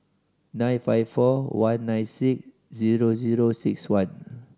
nine five four one nine six zero zero six one